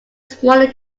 smaller